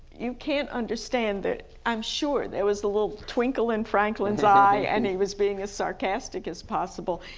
you can't understand it. i'm sure there was a little twinkle in franklin's eye and he was being as sarcastic as possible.